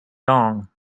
gong